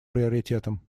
приоритетом